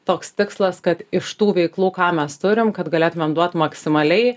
toks tikslas kad iš tų veiklų ką mes turim kad galėtumėm duot maksimaliai